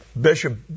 Bishop